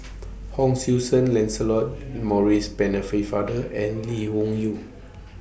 Hon Sui Sen Lancelot Maurice Penne Father and Lee Wung Yew